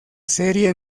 serie